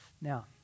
Now